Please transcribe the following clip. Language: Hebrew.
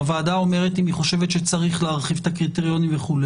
הוועדה אומרת אם היא חושבת שצריך להרחיב את הקריטריונים וכו',